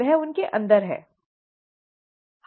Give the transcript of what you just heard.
वह उनके अंदर है